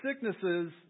sicknesses